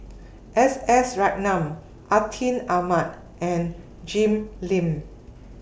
S S Ratnam Atin Amat and Jim Lim